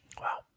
Wow